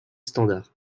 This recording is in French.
standard